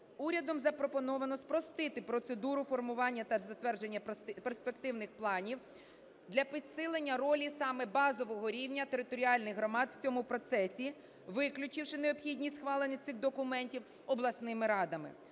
Урядом запропоновано спростити процедуру формування та затвердження перспективних планів для підсилення ролі саме базового рівня територіальних громад в цьому процесі, виключивши необхідність схвалення цих документів обласними радами.